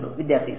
വിദ്യാർത്ഥി സാർ